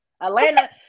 Atlanta